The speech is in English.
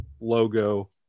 logo